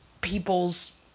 people's